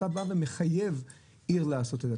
אתה בא ומחייב עיר לעשות את זה,